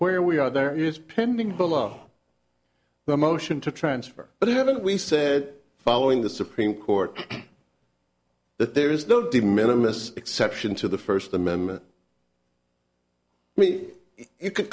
where we are there is pending below the motion to transfer but haven't we said following the supreme court that there is no de minimis exception to the first amendment mean it could